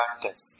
practice